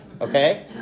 okay